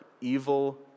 evil